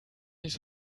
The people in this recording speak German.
nicht